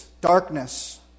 darkness